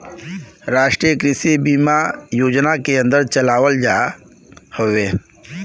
राष्ट्रीय कृषि बीमा योजना के अन्दर चलावल जात हौ